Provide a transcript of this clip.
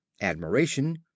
admiration